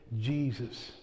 Jesus